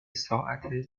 ساعت